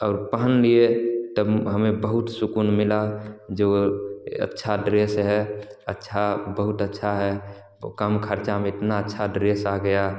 और पहन लिए तब हमें बहुत सुकून मिला जो अच्छा ड्रेस है अच्छा बहुत अच्छा है तो कम खर्चा में इतना अच्छा ड्रेस आ गया